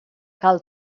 cal